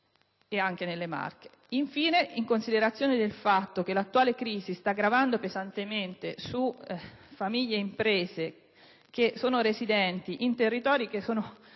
e apre a singhiozzo. Infine, in considerazione del fatto che l'attuale crisi sta gravando pesantemente su famiglie e imprese che sono residenti in territori che sono